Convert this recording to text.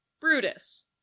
brutus